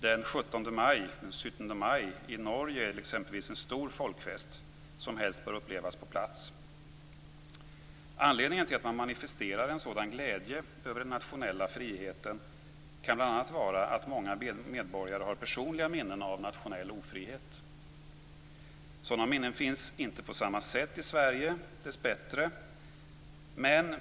Den 17 maj i Norge är exempelvis en stor folkfest som helst bör upplevas på plats. Anledningen till att man manifesterar en sådan glädje över den nationella friheten kan bl.a. vara att många medborgare har personliga minnen av nationell ofrihet. Sådana minnen finns inte på samma sätt i Sverige, dessbättre.